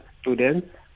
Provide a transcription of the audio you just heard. students